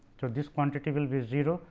so, this quantity will be zero.